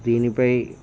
దీనిపై